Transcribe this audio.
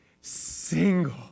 single